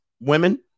women